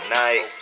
night